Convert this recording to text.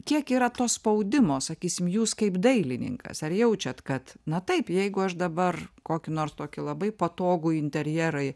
kiek yra to spaudimo sakysim jūs kaip dailininkas ar jaučiat kad na taip jeigu aš dabar kokį nors tokį labai patogų interjerą